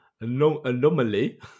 Anomaly